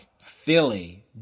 Philly